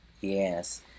Yes